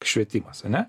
švietimas ane